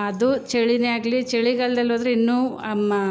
ಅದು ಚಳಿಯೇ ಆಗಲಿ ಚಳಿಗಾಲ್ದಲ್ಲಿ ಹೋದ್ರೆ ಇನ್ನೂ ಮ